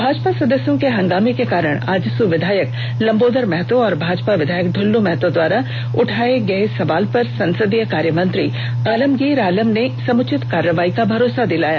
भाजपा सदस्यों के हंगामे के बीच आजसू विधायक लंबोदर महतो और भाजपा विधायक द्वल्लू द्वारा उठाये गये सवाल पर संसदीय कार्य मंत्री आलमगीर आलम ने समुचित कार्रवाई का भरोसा दिलाया